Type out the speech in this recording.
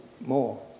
more